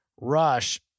rush